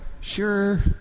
sure